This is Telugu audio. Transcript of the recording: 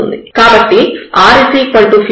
కాబట్టి r 152e అవుతుంది